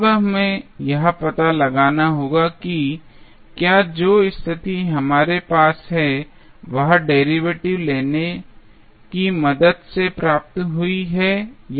अब हमें यह पता लगाना होगा कि क्या जो स्थिति हमारे पास है वह डेरिवेटिव लेने की मदद से प्राप्त हुई है या नहीं